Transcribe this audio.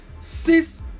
Six